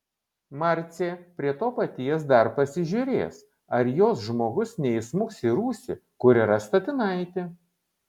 marcė prie to paties dar pasižiūrės ar jos žmogus neįsmuks į rūsį kur yra statinaitė